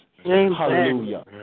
Hallelujah